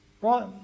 Right